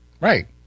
Right